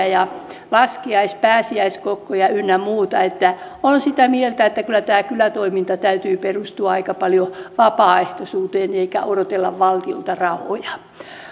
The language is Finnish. ja laskiais ja pääsiäiskokkoja ynnä muuta että olen sitä mieltä että kyllä kylätoiminnan täytyy perustua aika paljon vapaaehtoisuuteen eikä odotella valtiolta rahoja